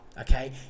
okay